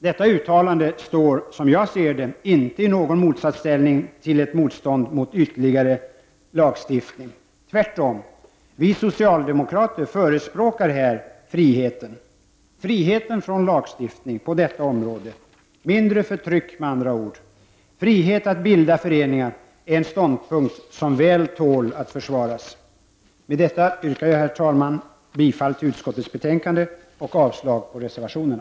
Detta uttalande står, som jag ser det, inte i någon motsatsställning till motståndet mot ytterligare lagstiftning. Tvärtom förespråkar vi socialdemokrater här friheten, friheten från lagstiftning på detta område, med andra ord mindre förtryck. Friheten att bilda föreningar är en ståndpunkt som väl tål att försvaras. Med detta, herr talman, yrkar jag bifall till utskottets hemställan och avslag på reservationen.